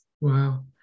Wow